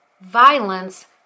violence